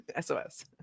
SOS